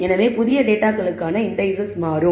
எனவே புதிய டேட்டாகளுக்கான இண்டீசெஸ் மாறும்